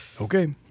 Okay